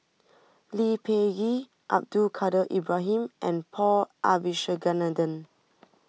Lee Peh Gee Abdul Kadir Ibrahim and Paul Abisheganaden